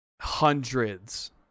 hundreds